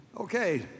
Okay